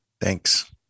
Thanks